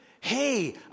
hey